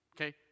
okay